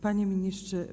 Panie Ministrze!